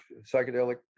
*Psychedelic